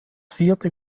vierte